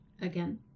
Again